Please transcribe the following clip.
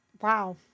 wow